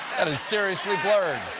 and is seriously blurred.